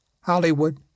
Hollywood